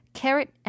carrot